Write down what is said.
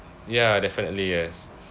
ya definitely yes